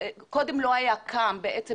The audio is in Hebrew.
קודם לא היה קם, בעצם.